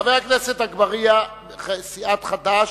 חבר הכנסת אגבאריה מסיעת חד"ש.